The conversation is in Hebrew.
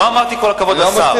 לא אמרתי כל הכבוד לשר.